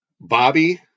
Bobby